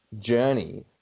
journey